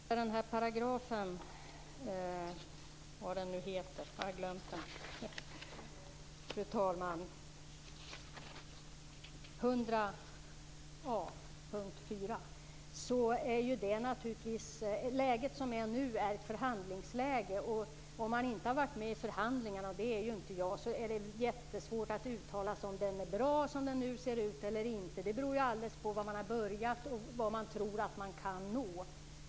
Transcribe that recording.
Fru talman! När det gäller artikel 100a punkt 4 befinner vi oss i ett förhandlingsläge. Om man inte har varit med i förhandlingarna - och det har inte jag - är det mycket svårt att uttala sig om ifall artikeln är bra som den nu ser ut. Det beror alldeles på var man har börjat och vad man tror att man kan nå.